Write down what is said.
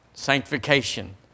sanctification